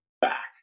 back